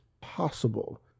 possible